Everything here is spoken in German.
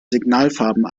signalfarben